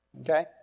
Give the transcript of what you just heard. Okay